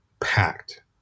packed